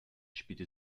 spielte